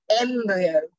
embryo